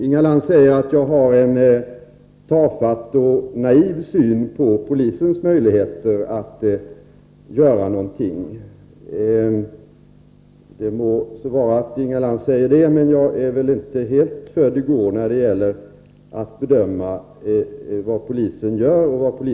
Inga Lantz säger att jag har en tafatt och naiv syn på polisens möjligheter att göra något i dessa fall. Hon må säga det, men jag är inte född i går och är inte helt okunnig när det gäller att bedöma vad polisen kan och bör göra.